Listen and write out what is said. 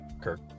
Kirk